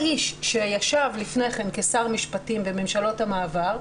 האיש שישב לפני כן כשר משפטים בממשלות המעבר,